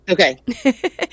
Okay